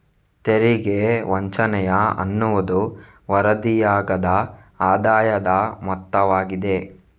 ತೆರಿಗೆ ವಂಚನೆಯ ಅನ್ನುವುದು ವರದಿಯಾಗದ ಆದಾಯದ ಮೊತ್ತವಾಗಿದೆ